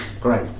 great